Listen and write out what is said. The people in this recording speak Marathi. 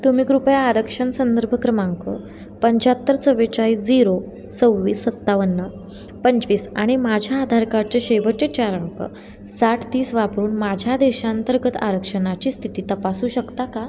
तुम्ही कृपया आरक्षण संदर्भ क्रमांक पंचाहत्तर चव्वेचाळीस झिरो सव्वीस सत्तावन्न पंचवीस आणि माझ्या आधार कार्डचे शेवटचे चार अंक साठ तीस वापरून माझ्या देशांतर्गत आरक्षणाची स्थिती तपासू शकता का